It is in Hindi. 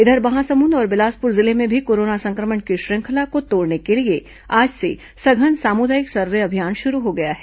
इधर महासमुंद और बिलासपुर जिले में भी कोरोना संक्रमण की श्रंखला को तोड़ने के लिए आज से सघन सामुदायिक सर्वे अभियान शुरू हो गया है